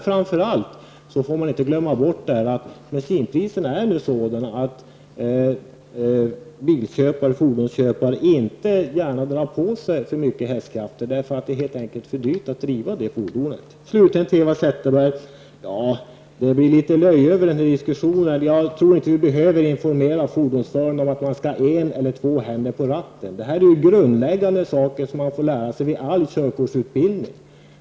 Framför allt får vi inte glömma bort att bensinpriserna nu är så höga att fordonsköpare inte gärna drar på sig för mycket hästkrafter, för det är helt enkelt för dyrt att driva sådana fordon. Till slut till Eva Zetterberg. Det blir litet löje över den här diskussionen. Jag tror inte att vi behöver informera fordonsförare om att man skall ha två händer på ratten. Det är grundläggande saker som man får lära sig vid all körkortsutbildning.